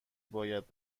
باید